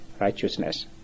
righteousness